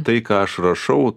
tai ką aš rašau